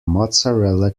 mozzarella